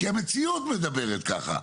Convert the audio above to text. כי המציאות מדברת ככה,